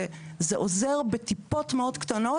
זה עוזר בטיפות מאוד קטנות.